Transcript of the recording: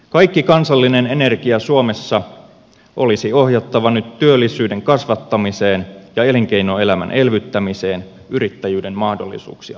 kaikki kansallinen energia suomessa olisi ohjattava nyt työllisyyden kasvattamiseen ja elinkeinoelämän elvyttämiseen yrittäjyyden mahdollisuuksia parantamalla